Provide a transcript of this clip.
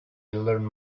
learn